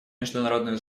международную